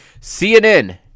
CNN